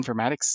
informatics